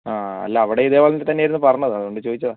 ആ അല്ല അവിടെ ഇതേപോലൊയൊക്കെ തന്നെ ആയിരുന്നു പറഞ്ഞത് അതുകൊണ്ട് ചോദിച്ചതാ